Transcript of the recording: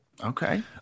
Okay